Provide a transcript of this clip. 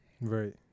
Right